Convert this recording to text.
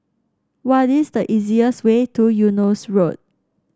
what is the easiest way to Eunos Road